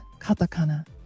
katakana